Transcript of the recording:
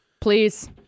Please